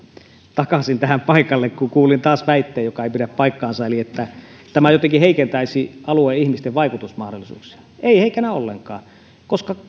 takaisin tähän paikalle kun kuulin taas väitteen joka ei pidä paikkaansa eli että tämä jotenkin heikentäisi alueen ihmisten vaikutusmahdollisuuksia ei heikennä ollenkaan koska